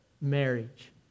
marriage